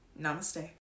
namaste